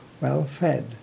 well-fed